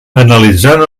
analitzant